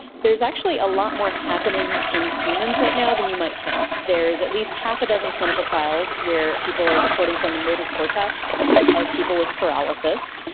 there's actually a lot more happening in humans right now than you might think. there is at least half a dozen clinical trials where people are recording from the motor cortex of people with paralysis.